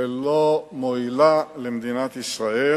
שלא מועילה למדינת ישראל,